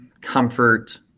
comfort